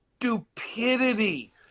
stupidity